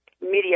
media